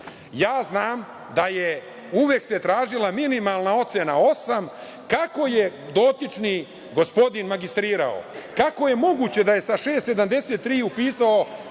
Ja znam da se uvek tražila minimalna ocena osam. Kako je dotični gospodin magistrirao? Kako je moguće da je sa 6,73 upisao